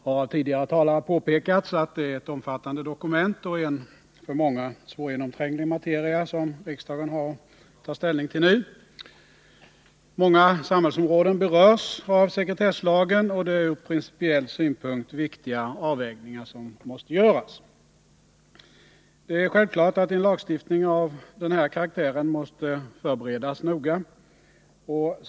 Herr talman! Det har av tidigare talare påpekats att det är ett omfattande dokument och en för många svårgenomtränglig materia som riksdagen nu har att ta ställning till. Många samhällsområden berörs av sekretesslagen, och det är ur principiell synpunkt viktiga avvägningar som måste göras. Det är självklart att en lagstiftning av denna karaktär måste förberedas noga.